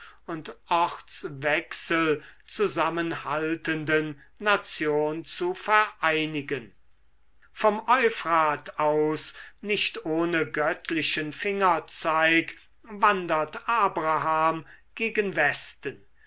und ortswechsel zusammenhaltenden nation zu vereinigen vom euphrat aus nicht ohne göttlichen fingerzeig wandert abraham gegen westen